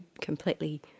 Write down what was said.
completely